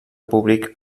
públic